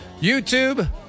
YouTube